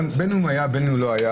בין אם הוא היה ובין אם הוא לא היה,